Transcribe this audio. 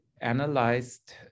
analyzed